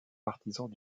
partisans